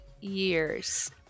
years